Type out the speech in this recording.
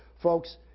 Folks